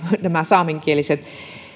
nämä saamenkieliset